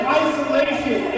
isolation